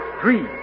three